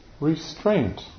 Restraint